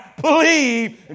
believe